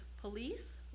Police